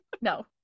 no